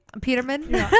Peterman